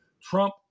Trump